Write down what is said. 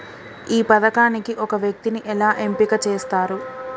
ఈ పథకానికి ఒక వ్యక్తిని ఎలా ఎంపిక చేస్తారు?